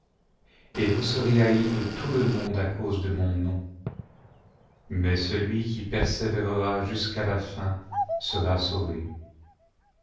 et vous serez haïs de tout le monde à cause de mon nom mais celui qui persévérera jusqu'à la fin sera sauvé